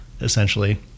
essentially